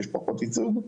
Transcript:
יש פחות ייצוג.